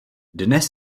dnes